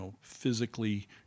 physically